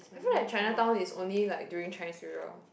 I thought like Chinatown is only like during Chinese New Year